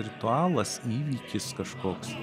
ritualas įvykis kažkoks